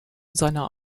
seiner